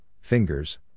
fingers